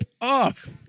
off